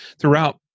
throughout